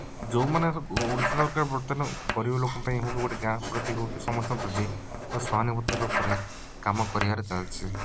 ଯେଉଁମାନେ ଓଡ଼ିଶା ଗରିବଲୋକପାଇଁ ହଉ ଗୋଟେ ଗାଁ ପ୍ରତି ହଉ ସମସ୍ତଙ୍କ ପ୍ରତି ସହାନଭୂତିର ଉପରେ କାମ କରିବାରଚାଲିଛି